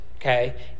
Okay